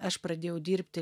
aš pradėjau dirbti